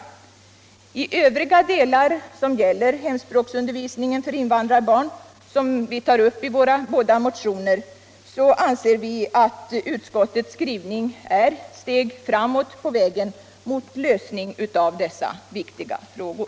Beträffande övriga delar som vi tar upp i våra båda motioner och som gäller hemspråksundervisningen för invandrarbarn anser vi att utskottets skrivning är ett steg framåt på vägen mot lösningen av dessa viktiga frågor.